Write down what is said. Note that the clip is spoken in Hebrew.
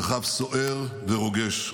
מרחב סוער ורוגש,